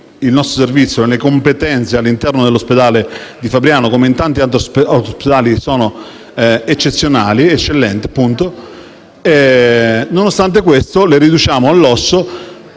Il nostro servizio e le competenze all'interno dell'ospedale di Fabriano, come in tanti altri ospedali, sono appunto eccellenti; nonostante questo, le riduciamo all'osso